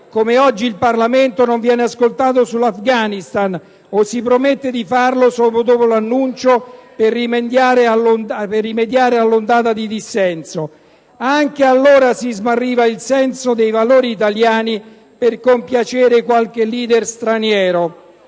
come oggi il Parlamento non viene ascoltato sull'Afghanistan, o si promette di farlo solo dopo l'annuncio, per rimediare all'ondata di dissenso. Anche allora si smarriva il senso dei valori italiani per compiacere qualche *leader* straniero.